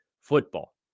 football